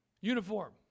uniform